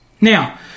Now